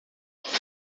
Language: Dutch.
zon